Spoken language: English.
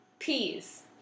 Peas